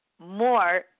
more